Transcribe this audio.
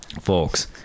folks